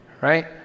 right